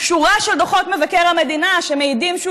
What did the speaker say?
שורה של דוחות מבקר המדינה שמעידים שהוא